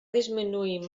disminuir